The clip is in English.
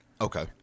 Okay